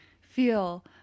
feel